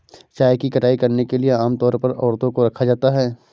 चाय की कटाई करने के लिए आम तौर पर औरतों को रखा जाता है